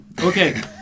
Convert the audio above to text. Okay